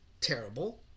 terrible